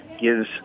gives